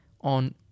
on